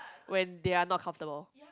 when they are not comfortable